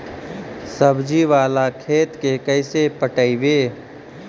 सब्जी बाला खेत के कैसे पटइबै?